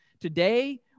Today